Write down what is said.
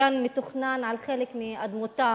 הגן מתוכנן על חלק מאדמותיהם